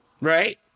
right